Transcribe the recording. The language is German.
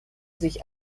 sich